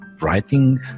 writing